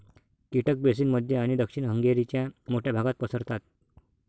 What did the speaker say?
कीटक बेसिन मध्य आणि दक्षिण हंगेरीच्या मोठ्या भागात पसरतात